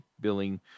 billing